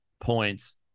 points